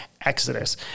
Exodus